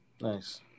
Nice